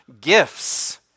gifts